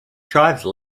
drive